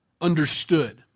understood